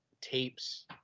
tapes